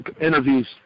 interviews